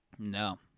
No